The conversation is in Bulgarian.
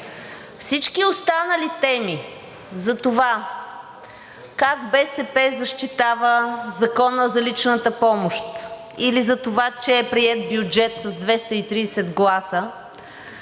Всички останали теми за това как БСП защитава Закона за личната помощ или за това, че е приет бюджет с 230 гласа